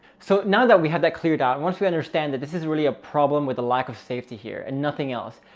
so now that we have that cleared out, and once we understand that this is really a problem with the lack of safety here and nothing else,